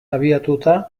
abiatuta